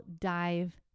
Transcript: dive